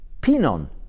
Pinon